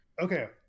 Okay